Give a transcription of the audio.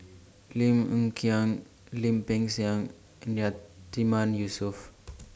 Lim Hng Kiang Lim Peng Siang and Yatiman Yusof